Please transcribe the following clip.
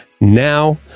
now